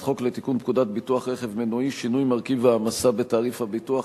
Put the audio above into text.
חוק לתיקון פקודת ביטוח רכב מנועי (שינוי מרכיב ההעמסה בתעריף הביטוח),